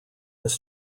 this